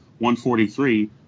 143